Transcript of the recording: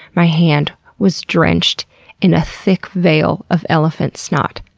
my hand was drenched in a thick veil of elephant snot.